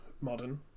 modern